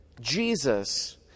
Jesus